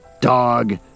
dog